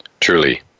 truly